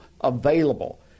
available